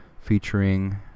featuring